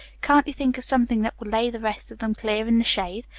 can't you think of something that will lay the rest of them clear in the shade?